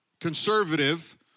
conservative